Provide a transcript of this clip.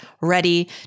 ready